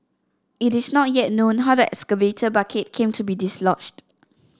it is not yet known how the excavator bucket came to be dislodged